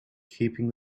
keeping